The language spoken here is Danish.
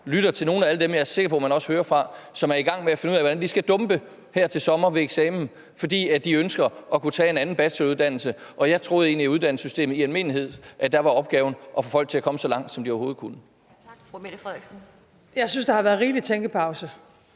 lytter til nogle af alle dem, som jeg er sikker på at man også hører fra, og som er i gang med at finde ud af, hvordan de skal dumpe her til sommer ved eksamen, fordi de ønsker at kunne tage en anden bacheloruddannelse. Jeg troede egentlig, at det i uddannelsessystemet i almindelighed var opgaven at få folk til at komme så langt, som de overhovedet kunne.